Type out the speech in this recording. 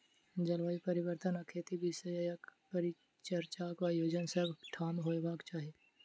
जलवायु परिवर्तन आ खेती विषयक परिचर्चाक आयोजन सभ ठाम होयबाक चाही